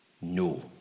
No